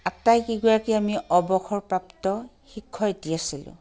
আটাইকেইগৰাকী আমি অৱসৰপ্ৰাপ্ত শিক্ষয়িত্ৰী আছিলোঁ